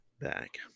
back